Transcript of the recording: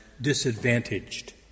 disadvantaged